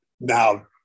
now